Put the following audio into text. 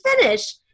finish